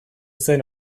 zen